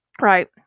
Right